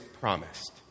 promised